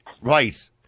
Right